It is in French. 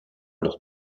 leurs